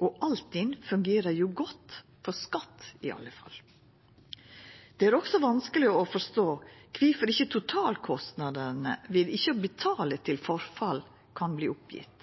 Og Altinn fungerer jo godt for skatt i alle fall. Det er også vanskeleg å forstå kvifor ikkje totalkostnadene ved ikkje å betala ved forfall kan verta oppgjevne.